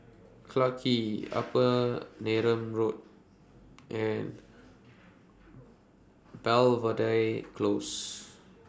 Clarke Quay Upper Neram Road and Belvedere Close